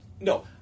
no